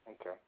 Okay